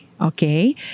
Okay